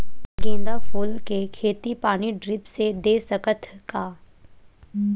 गेंदा फूल के खेती पानी ड्रिप से दे सकथ का?